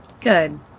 Good